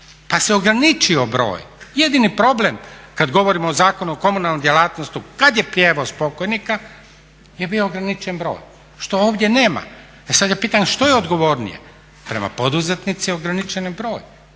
pa se ograničio broj. Jedini problem kad govorimo o Zakonu o komunalnoj djelatnosti kad je prijevoz pokojnika je bio ograničen broj što ovdje nema. E sad ja pitam što je odgovornije? Prema poduzetnicima ograničen je